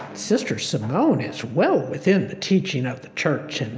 sister simone is well within the teaching of the church. and